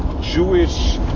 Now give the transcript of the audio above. Jewish